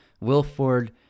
Wilford